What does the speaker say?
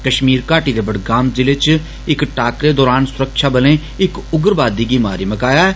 कष्मीर घाटी दे बड़गाम जिले च इक टाकरे दौरान सुरक्षा बलें इक उग्रवादी गी मारी मकाया ऐ